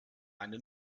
eine